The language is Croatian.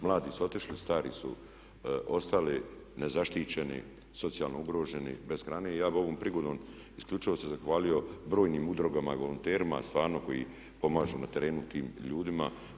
Mladi su otišli, stari su ostali nezaštićeni, socijalno ugroženi, bez hrane i ja bi ovom prigodom isključivo se zahvalio brojnim udrugama i volonterima stvarno koji pomažu na terenu tim ljudima.